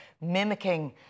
mimicking